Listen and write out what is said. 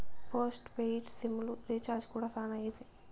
post paid sim లు recharge కూడా శానా ఈజీ